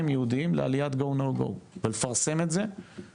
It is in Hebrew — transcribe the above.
יהודים לעליית GO NO GO ולפרסם את זה לעולים,